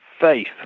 faith